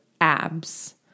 abs